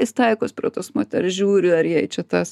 jis taikos prie tos moters žiūri ar jai čia tas